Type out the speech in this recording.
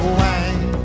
wine